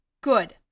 Good